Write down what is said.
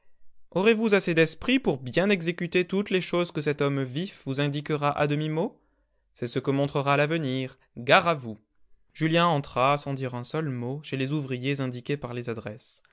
aurez-vous assez d'esprit pour bien exécuter toutes les choses que cet homme vif vous indiquera à demi-mot c'est ce que montrera l'avenir gare à vous julien entra sans dire un seul mot chez les ouvriers indiqués par les adresses